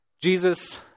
Jesus